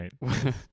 Right